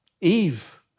Eve